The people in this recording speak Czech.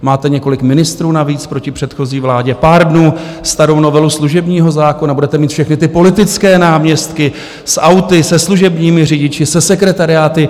Máte několik ministrů navíc proti předchozí vládě, pár dnů starou novelu služebního zákona, budete mít všechny ty politické náměstky s auty, se služebními řidiči, se sekretariáty.